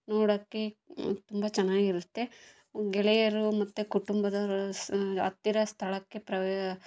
ನೋಡೋಕ್ಕೆ ತುಂಬ ಚೆನ್ನಾಗಿರುತ್ತೆ ಗೆಳೆಯರು ಮತ್ತು ಕುಟುಂಬದದರು ಸ ಹತ್ತಿರ ಸ್ಥಳಕ್ಕೆ ಪ್ರ